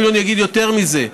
אני אפילו אגיד יותר מזה: